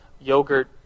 yogurt